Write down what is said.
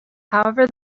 however